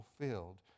fulfilled